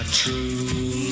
true